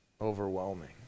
Overwhelming